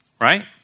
right